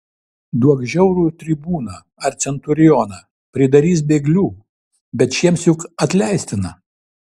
duok žiaurų tribūną ar centurioną pridarys bėglių bet šiems juk atleistina